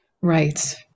right